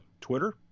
Twitter